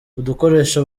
udukoresho